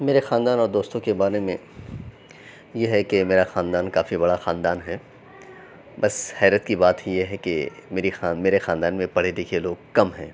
میرے خاندان اور دوستوں کے بارے میں یہ ہے کہ میرا خاندان کافی بڑا خاندان ہے بس حیرت کی بات یہ ہے کہ میری خان میرے خاندان میں پڑھے لکھے لوگ کم ہیں